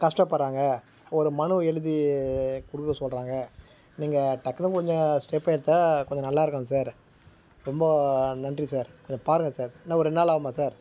கஷ்டப்பட்றாங்க ஒரு மனு எழுதி கொடுக்க சொல்கிறாங்க நீங்கள் டக்குனு கொஞ்சம் ஸ்டெப் எடுத்தால் கொஞ்சம் நல்லா இருக்கும் சார் ரொம்ப நன்றி சார் கொஞ்சம் பாருங்கள் சார் என்ன ஒரு ரெண்டு நாள் ஆகுமா சார்